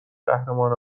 قهرمان